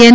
N